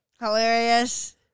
Hilarious